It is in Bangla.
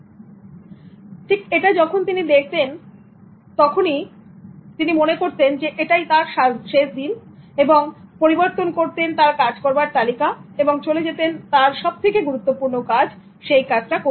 তারপর থেকে যখনই তিনি দেখতেন এটাই তার শেষ দিন তখন তিনি পরিবর্তন করতেন তার কাজ করার তালিকা এবং তখনই চলে যেতেন তার সবথেকে গুরুত্বপূর্ণ কাজ সেই কাজ করতে